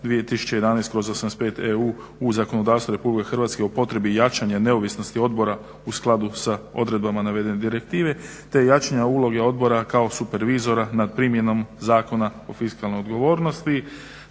2011/85EU u zakonodavstvo Republike Hrvatske o potrebi jačanja neovisnosti odbora u skladu sa odredbama navedene direktive, te jačanja uloge odbora kao supervizora nad primjenom Zakona o fiskalnoj odgovornosti.